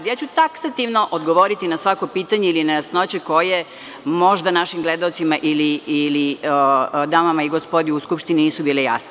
Ja ću taksativno odgovoriti na svako pitanje ili nejasnoće koje možda našim gledaocima ili damama ili gospodi u Skupštini nisu bili jasni.